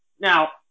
Now